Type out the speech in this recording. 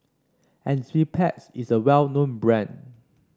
Enzyplex is a well known brand